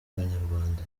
abanyarwanda